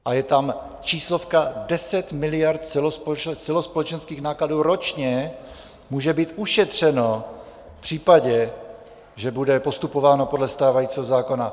A je tam číslovka, 10 miliard celospolečenských nákladů ročně může být ušetřeno v případě, že bude postupováno podle stávajícího zákona.